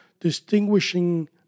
distinguishing